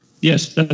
Yes